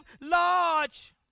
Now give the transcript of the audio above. large